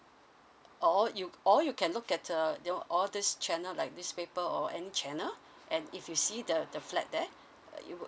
or you or you can look at err you know all these channel like newspaper or any channel and if you see the the flat there uh you